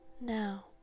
now